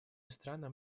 странам